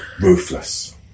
Ruthless